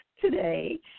today